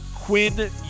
Quinn